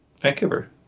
Vancouver